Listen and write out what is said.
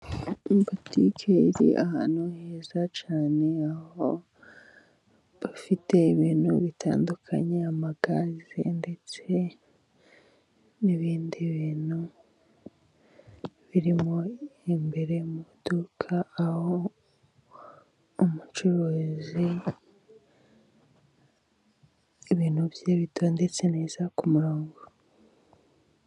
Butiki iri ahantu heza cyane, aho bafite ibintu bitandukanye, amagaze ndetse n'ibindi bintu birimo imbere mu iduka, aho umucuruzi ibintu bye bitondetse neza ku murongo.